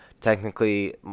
technically